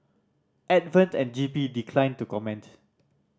advent and G P declined to comment